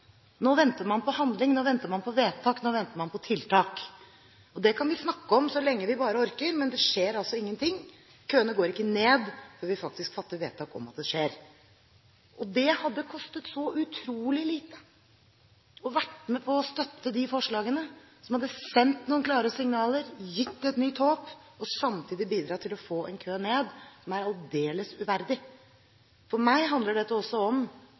Nå venter man på handling, nå venter man på vedtak, nå venter man på tiltak. Det kan vi snakke om så lenge vi bare orker, men det skjer ingenting. Køene går ikke ned før vi faktisk fatter vedtak om at det skal skje. Det hadde kostet så utrolig lite å være med på å støtte disse forslagene, som hadde sendt noen klare signaler, gitt et nytt håp og samtidig bidratt til å få ned en kø som er aldeles uverdig. For meg handler dette også om